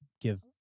give